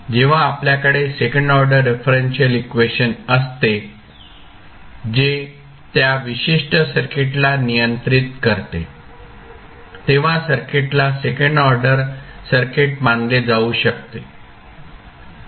जेव्हा आपल्याकडे second order differential equation असते जे त्या विशिष्ट सर्किटला नियंत्रित करते तेव्हा सर्किटला सेकंड ऑर्डर सर्किट मानले जाऊ शकते